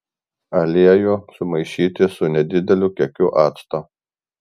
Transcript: aliejų sumaišyti su nedideliu kiekiu acto